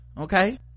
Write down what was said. okay